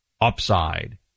upside